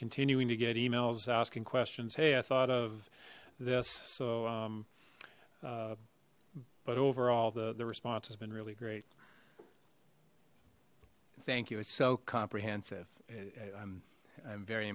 continuing to get emails asking questions hey i thought of this so um but overall the the response has been really great thank you it's so comprehensive i'm i'm very